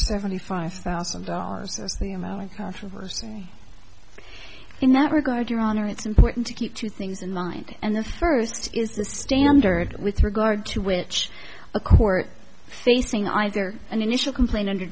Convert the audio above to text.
seventy five thousand dollars is the amount of controversy in that regard your honor it's important to keep two things in mind and the first is the standard with regard to which a court facing either an initial complaint under